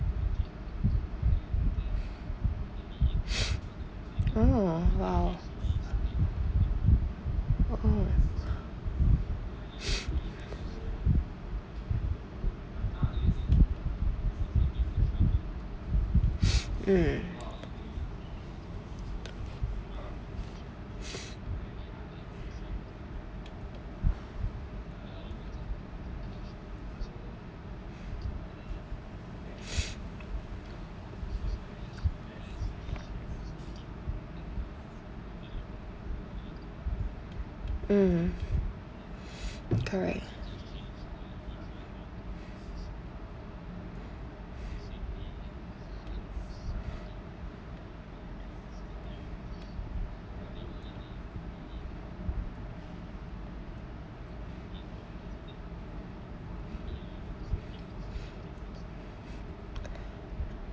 oh !wow! oh mm mm correct